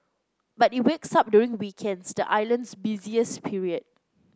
but it wakes up during weekends the island's busiest period